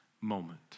moment